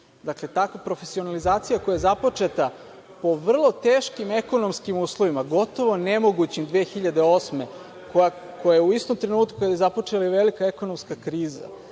Dakle, takva profesionalizacija koja je započeta po vrlo teškim ekonomskim uslovima, gotovo nemogućim 2008. godine, u istom trenutku kada je započela velika ekonomska kriza.